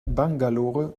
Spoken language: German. bangalore